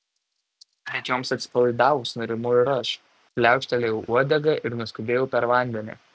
bet joms atsipalaidavus nurimau ir aš pliaukštelėjau uodega ir nuskubėjau per vandenį